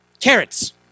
carrots